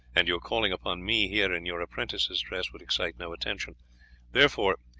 and your calling upon me here in your apprentice's dress would excite no attention therefore,